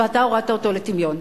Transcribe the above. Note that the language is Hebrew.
ואתה הורדת אותו לטמיון.